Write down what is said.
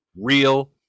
real